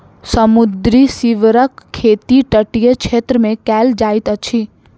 समुद्री सीवरक खेती तटीय क्षेत्र मे कयल जाइत अछि